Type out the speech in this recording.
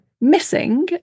missing